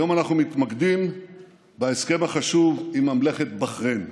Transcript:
היום אנחנו מתמקדים בהסכם החשוב עם ממלכת בחריין.